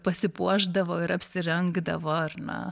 pasipuošdavo ir apsirengdavo ar na